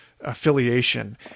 affiliation